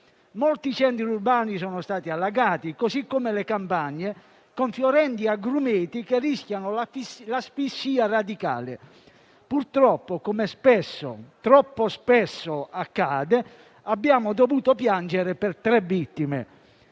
Molti centri urbani sono stati allagati, così come le campagne, con fiorenti agrumeti che rischiano l'asfissia radicale. Purtroppo, come troppo spesso accade, abbiamo dovuto piangere per tre vittime.